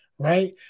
right